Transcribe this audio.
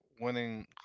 winning